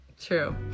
True